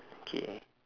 K